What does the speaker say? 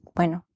bueno